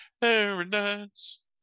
Paradise